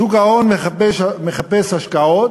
שוק ההון מחפש השקעות,